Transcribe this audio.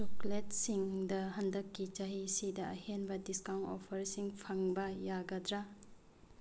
ꯆꯣꯀꯣꯂꯦꯠꯁꯤꯡꯗ ꯍꯟꯗꯛꯀꯤ ꯆꯍꯤ ꯑꯁꯤꯗ ꯑꯍꯦꯟꯕ ꯗꯤꯁꯀꯥꯎꯟ ꯑꯣꯐꯔꯁꯤꯡ ꯐꯪꯕ ꯌꯥꯒꯗ꯭ꯔꯥ